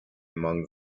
among